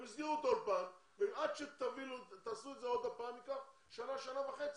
הם יסגרו את האולפן ועד שתעשו את זה עוד הפעם ייקח שנה-שנה וחצי.